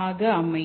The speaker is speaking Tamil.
ஆக அமையும்